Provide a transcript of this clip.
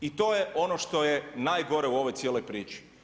I to je ono što je najgore u ovoj cijeloj priči.